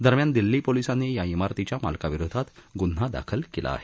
दरम्यान दिल्ली पोलिसांनी या इमारतीच्या मालकाविरोधात ग्न्हा नोंदवला आहे